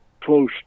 close